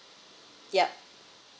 yup